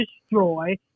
destroy